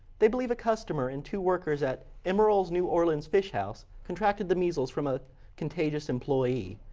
they believe a customer and two workers at emeril's new orleans fish house contracted the measles from a contagious employee.